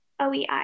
OEI